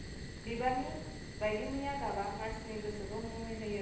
बिबारनि बायदि मैया गाबआ मानसिनि गोसोखौ मुहिहोयो